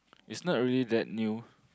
is not really that new